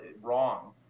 wrong